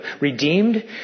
redeemed